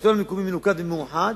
כשהשלטון המקומי מלוכד ומאוחד,